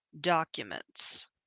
documents